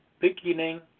beginning